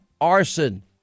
Arson